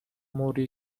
موری